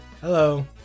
Hello